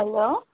hello